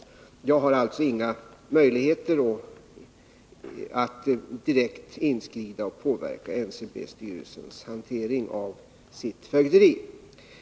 Jag har alltså inga möjligheter att direkt inskrida och påverka NCB-styrelsens hantering av sitt fögderi.